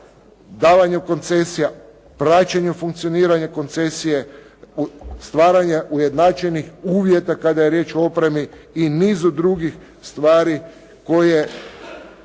davanju koncesija, praćenju funkcioniranja koncesije, stvaranje ujednačenih uvjeta kada je riječ o opremi i nizu drugih stvari koje